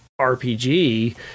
RPG